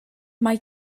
mae